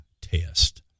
test